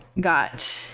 got